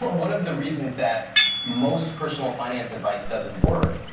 one of the reasons that most personal finance advice doesn't work,